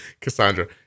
Cassandra